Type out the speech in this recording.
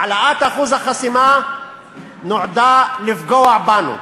העלאת אחוז החסימה נועדה לפגוע בנו.